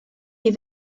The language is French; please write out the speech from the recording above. des